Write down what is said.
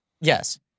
Yes